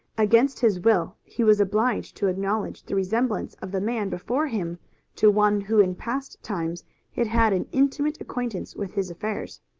against his will he was obliged to acknowledge the resemblance of the man before him to one who in past times had had an intimate acquaintance with his affairs.